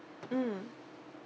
mm